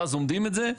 ואז אומדים את זה.